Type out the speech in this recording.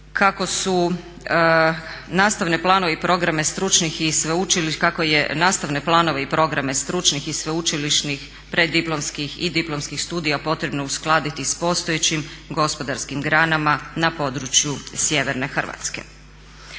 kako je nastavne planove i programe stručnih i sveučilišnih preddiplomskih i diplomskih studija potrebno uskladiti s postojećim gospodarskim granama na području sjeverne Hrvatske.